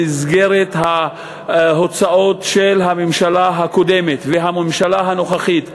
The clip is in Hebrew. במסגרת ההוצאות של הממשלה הקודמת והממשלה הנוכחית,